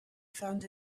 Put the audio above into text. found